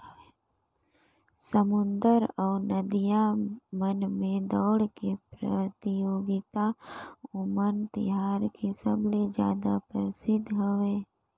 समुद्दर अउ नदिया मन में दउड़ के परतियोगिता ओनम तिहार मे सबले जादा परसिद्ध हवे